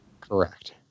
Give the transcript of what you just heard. Correct